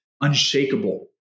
unshakable